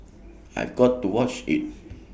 I've got to watch IT